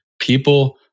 people